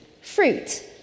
fruit